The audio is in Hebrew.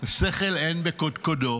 שכל אין בקודקודו.